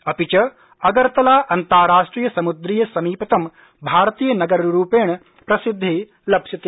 अपि च अगरतला अन्ताराष्ट्रिय समुद्रीय समीपतम भारतीयनगररूपेण प्रसिद्धि लप्स्यते